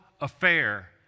affair